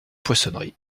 poissonnerie